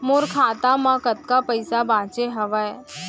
मोर खाता मा कतका पइसा बांचे हवय?